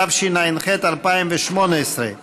התשע"ח 2018,